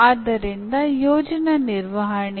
ಆದ್ದರಿಂದ ಕಲಿಕೆಯ ಪರಿಣಾಮವಾಗಿ ಅವನು ನಿರ್ವಹಿಸಬೇಕಾಗಿದೆ